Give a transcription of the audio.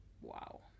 wow